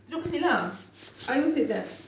terus kasih lah I always said that